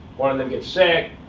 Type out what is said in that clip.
one of them gets sick,